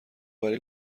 برای